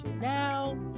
now